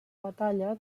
batalla